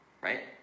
right